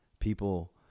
people